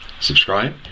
subscribe